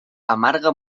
amarga